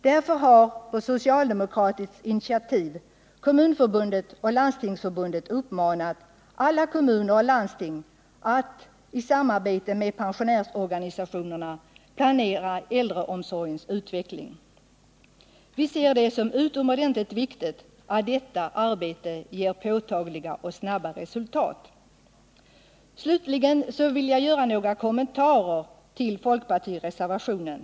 Därför har — på socialdemokratiskt initiativ — Kommunförbundet och Landstingsförbundet uppma | nat alla kommuner och landsting att i samarbete med pensionärsorganisa | tionerna planera äldreomsorgens utveckling. Vi ser det som utomordentligt viktigt att detta arbete ger påtagliga och | snabba resultat. Slutligen vill jag göra några kommentarer till folkpartireservationen.